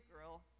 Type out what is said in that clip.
girl